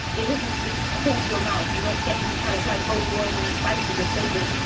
it doesn't just coat your mouth. you don't get these kind of like overwhelming spices or flavors.